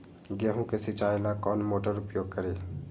गेंहू के सिंचाई ला कौन मोटर उपयोग करी?